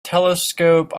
telescope